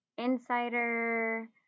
Insider